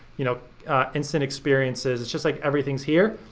you know instant experiences, it's just like everything's here.